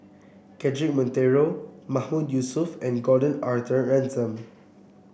Cedric Monteiro Mahmood Yusof and Gordon Arthur Ransome